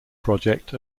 project